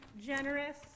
generous